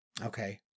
okay